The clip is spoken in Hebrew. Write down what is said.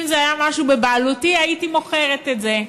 אם זה היה משהו בבעלותי הייתי מוכרת את זה.